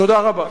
תודה רבה.